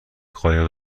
قایق